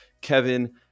Kevin